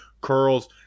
curls